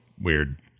weird